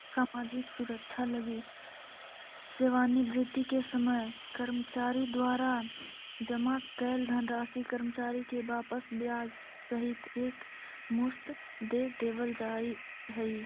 सामाजिक सुरक्षा लगी सेवानिवृत्ति के समय कर्मचारी द्वारा जमा कैल धनराशि कर्मचारी के वापस ब्याज सहित एक मुश्त दे देवल जाहई